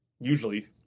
usually